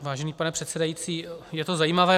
Vážený pane předsedající, je to zajímavé.